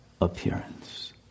appearance